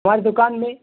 ہمار دکان میں